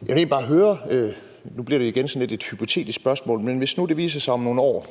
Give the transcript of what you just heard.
jeg vil egentlig bare høre: Hvis nu det viser sig om nogle år,